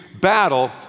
battle